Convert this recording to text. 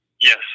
Yes